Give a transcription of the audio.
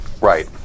right